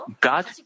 God